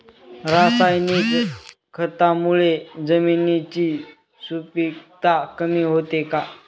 रासायनिक खतांमुळे जमिनीची सुपिकता कमी होते का?